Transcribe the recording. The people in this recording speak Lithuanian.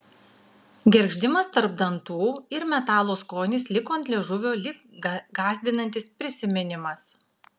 gergždimas tarp dantų ir metalo skonis liko ant liežuvio lyg gąsdinantis prisiminimas